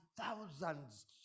thousands